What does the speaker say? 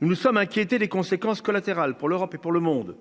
Nous nous sommes inquiétés des conséquences collatérales pour l'Europe et pour le monde,